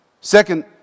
Second